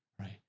right